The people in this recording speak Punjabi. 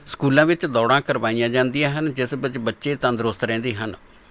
ਸਕੂਲਾਂ ਵਿੱਚ ਦੌੜਾਂ ਕਰਵਾਈਆਂ ਜਾਂਦੀਆਂ ਹਨ ਜਿਸ ਵਿੱਚ ਬੱਚੇ ਤੰਦਰੁਸਤ ਰਹਿੰਦੇ ਹਨ